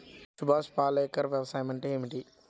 సుభాష్ పాలేకర్ వ్యవసాయం అంటే ఏమిటీ?